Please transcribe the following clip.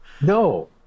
no